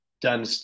done